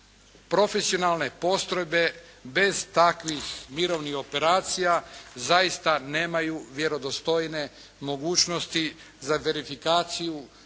Profesionalne postrojbe bez takvih mirovnih operacija zaista nemaju vjerodostojne mogućnosti za verifikaciju